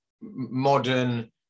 modern